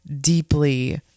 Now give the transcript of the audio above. deeply